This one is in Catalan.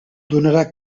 donarà